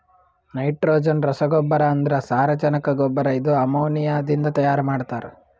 nitrogen ರಸಗೊಬ್ಬರ ಅಂದ್ರ ಸಾರಜನಕ ಗೊಬ್ಬರ ಇದು ಅಮೋನಿಯಾದಿಂದ ತೈಯಾರ ಮಾಡ್ತಾರ್